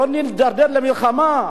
שלא נידרדר למלחמה,